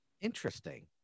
Interesting